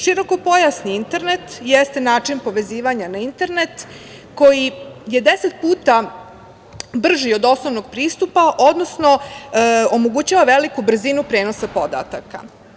Širokopojasni internet jeste način povezivanja na internet koji je 10 puta brži od osnovnog pristupa, odnosno omogućava veliku brzinu prenosa podataka.